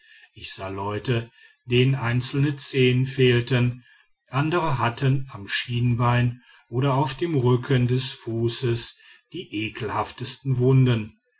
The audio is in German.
ich sah leute denen einzelne zehen fehlten andere hatten am schienbein oder auf dem rücken des fußes die ekelhaftesten wunden